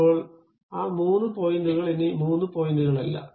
ഇപ്പോൾ ആ മൂന്ന് പോയിന്റുകൾ ഇനി മൂന്ന് പോയിന്റുകളല്ല